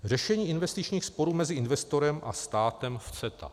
Řešení investičních sporů mezi investorem a státem v CETA.